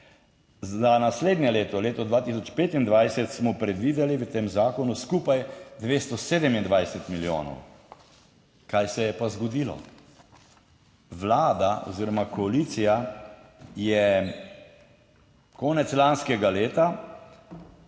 za naslednje leto, leto 2025, smo predvideli v tem zakonu skupaj 227 milijonov. Kaj se je pa zgodilo? Vlada oziroma koalicija je konec lanskega leta